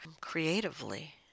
creatively